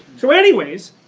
so anyways,